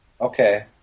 Okay